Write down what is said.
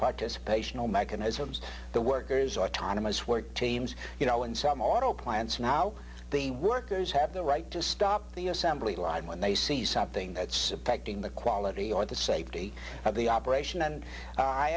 participation all mechanisms the workers autonomous work teams you know in some auto plants now the workers have the right to stop the assembly line when they see something that's in the quality or the safety had the operation and i